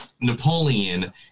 Napoleon